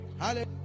Hallelujah